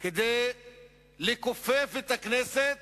כדי לכופף את הכנסת